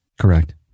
Correct